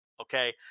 okay